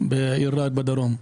בעיר רהט, בדרום.